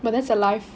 well that's alive